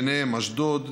ובהם אשדוד,